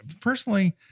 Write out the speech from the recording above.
personally